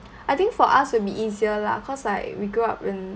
I think for us will be easier lah cause like we grew up in